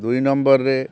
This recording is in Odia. ଦୁଇ ନମ୍ବର୍ରେ